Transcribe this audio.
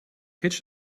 pitch